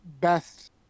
best